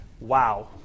Wow